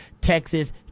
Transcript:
Texas –